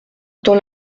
dans